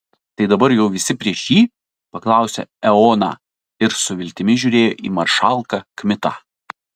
tai dabar jau visi prieš jį paklausė eoną ir su viltimi žiūrėjo į maršalką kmitą